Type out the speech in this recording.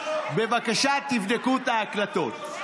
בבקשה, תבדקו את ההקלטות.